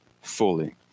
fully